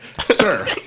sir